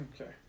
Okay